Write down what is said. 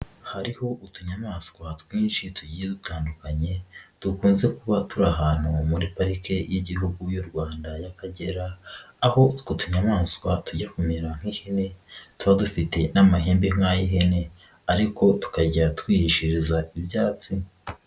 Hariho utunyamaswa twinshi tugiye dutandukanye dukunze kuba turi ahantu muri parike y'Igihugu y'u Rwanda y'Akagera aho utwo tunyamaswa tujya kumera nk'ihene tuba dufite n'amahembe nk'ay'ihene ariko tukajya twigishiriza ibyatsi.